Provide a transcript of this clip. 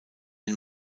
den